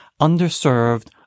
underserved